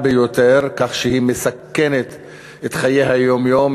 ביותר כך שהיא מסכנת את חיי היום-יום,